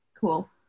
Cool